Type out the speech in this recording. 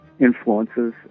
influences